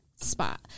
spot